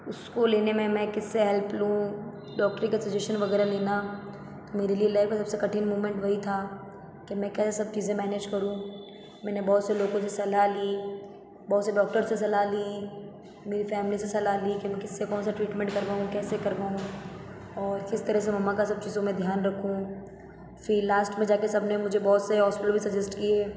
उसको लेने में मैं किससे हेल्प लूँ डॉक्टर का सज़ेशन वगैरह लेना मेरे लिए लाइफ़ का सबसे कठिन मूमेंट वही था कि मैं कैसे सब चीज़ें मैनेज करूँ मैंने बहुत से लोगों से सलाह ली बहुत से डॉक्टर से सलाह ली मेरी फैमिली से सलाह ली कि मैं किससे कौन सा ट्रीटमेंट करवाऊँ कैसे करवाऊँ और किस तरह से मम्मा का सब चीजों में ध्यान रखूँ फिर लास्ट में जाके सबने मुझे बहुत से हॉस्पिटल सजेस्ट किए